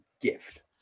gift